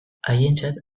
haientzat